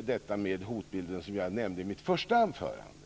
detta med hotbilden i den riktning som jag nämnde i mitt första anförande.